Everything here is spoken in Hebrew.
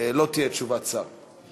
לא תהיה תשובת שר.